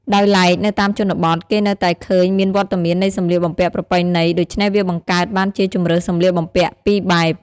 ដោយឡែកនៅតាមជនបទ គេនៅតែឃើញមានវត្តមាននៃសម្លៀកបំពាក់ប្រពៃណី ដូច្នេះវាបង្កើតបានជាជម្រើសសម្លៀកបំពាក់ពីរបែប។